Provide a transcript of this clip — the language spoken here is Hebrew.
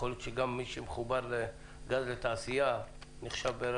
יכול להיות שגם מי שמחובר לגז לתעשייה נחשב,